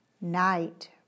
Night